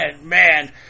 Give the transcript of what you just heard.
man